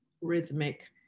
rhythmic